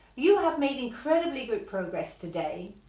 you have made incredibly good progress today,